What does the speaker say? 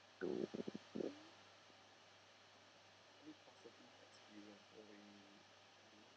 to